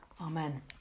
Amen